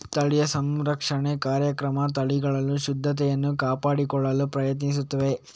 ಸ್ಥಳೀಯ ಸಂರಕ್ಷಣಾ ಕಾರ್ಯಕ್ರಮಗಳು ತಳಿಗಳ ಶುದ್ಧತೆಯನ್ನು ಕಾಪಾಡಿಕೊಳ್ಳಲು ಪ್ರಯತ್ನಿಸುತ್ತಿವೆ